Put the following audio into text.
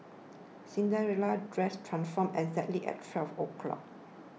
Cinderella's dress transformed exactly at twelve o'clock